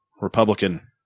Republican